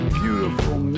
beautiful